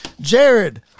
Jared